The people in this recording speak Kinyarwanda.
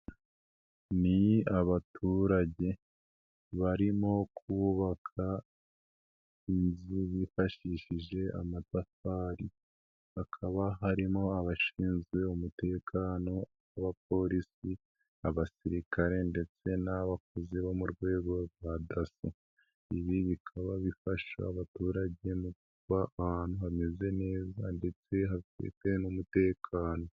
Ni abaturage barimo kubabaka inzu bifashishije amatafari hakaba harimo abashinzwe umutekano b'abapolisi, abasirikare ndetse n'abakozi bo mu rwego rwa daso, ibi bikaba bifasha abaturage mu kuba ahantu hameze neza ndetse hafite n'umutekano.